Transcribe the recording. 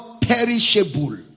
perishable